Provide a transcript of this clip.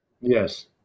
Yes